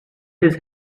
his